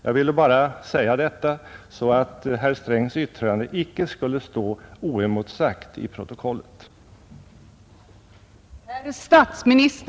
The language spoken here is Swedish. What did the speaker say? Jag ville bara säga detta för att herr Strängs yttrande inte skall stå oemotsagt i protokollet.